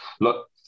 Look